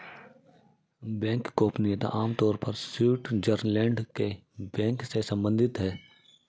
bank गोपनीयता आम तौर पर स्विटज़रलैंड के बैंक से सम्बंधित है